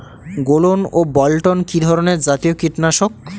গোলন ও বলটন কি ধরনে জাতীয় কীটনাশক?